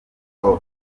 prof